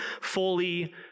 fully